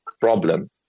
problem